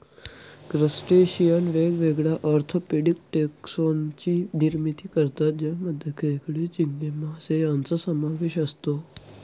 crustacean वेगवेगळ्या orthopedic taxon ची निर्मिती करतात ज्यामध्ये खेकडे, झिंगे, मासे यांचा समावेश असतो